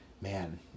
man